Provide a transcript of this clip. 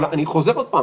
אני חוזר שוב,